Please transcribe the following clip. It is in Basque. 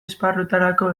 esparruetarako